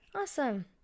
awesome